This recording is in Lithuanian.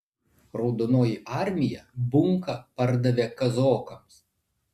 raudonoji armija bunką pardavė kazokams